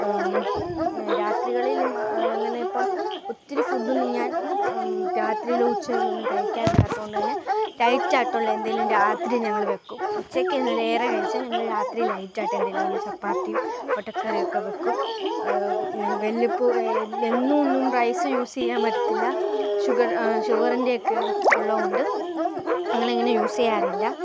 രാത്രികളിൽ മാ അങ്ങനെ ഇപ്പം ഒത്തിരി ഫുഡ്ഡൊന്നും ഞാൻ രാത്രിയിലൊ ഉച്ചക്കൊന്നും കഴിക്കാറില്ലാത്തതു കൊണ്ട് തന്നെ ലൈറ്റായിട്ടുള്ള എന്തെങ്കിലും രാത്രി ഞങ്ങൾ വെക്കും ഉച്ചക്കന്നേരം ഏറെ കഴിച്ചാൽ ഞങ്ങൾ രാത്രി ലൈറ്റായിട്ടെന്തെങ്കിലും ഉള്ള ചപ്പാത്തിയും മുട്ടക്കറി ഒക്കെ വെക്കും വല്ലപ്പോഴും എന്നുമൊന്നും റൈസ് യൂസ് ചെയ്യാൻ പറ്റത്തില്ല ഷുഗർ ഷുഗറിന്റെ ഒക്കെ ഉള്ളതു കൊണ്ട് അങ്ങനങ്ങനെ യൂസ് ചെയ്യാറില്ല